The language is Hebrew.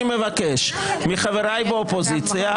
אני מבקש מחבריי באופוזיציה,